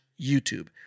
YouTube